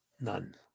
None